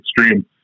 extreme